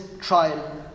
trial